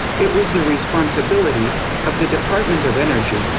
it was the responsibility of the department of energy.